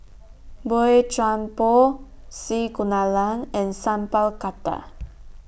Boey Chuan Poh C Kunalan and Sat Pal Khattar